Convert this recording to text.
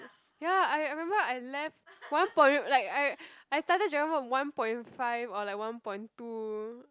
ya I remember I left one point like I I started dragon boat one point five or like one point two